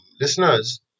listeners